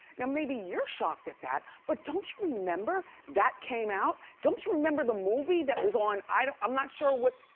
now, maybe you're shocked at that, but don't you remember that came out? don't you remember the movie that was on? i'm not sure what